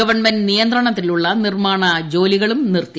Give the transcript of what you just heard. government നിയന്ത്രണത്തിലുള്ള നിർമ്മാണ ജോലികളും നിർത്തി